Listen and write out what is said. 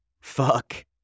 Fuck